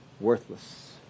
worthless